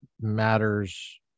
matters